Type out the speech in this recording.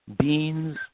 beans